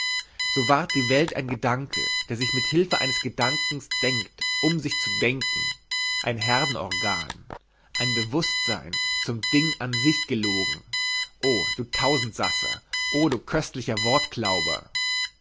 so ward die welt ein gedanke der sich mit hilfe des gedankens denkt um sich zu denken ein herdenorgan ein bewußtsein zum ding an sich gelogen o du tausendsassa o du köstlicher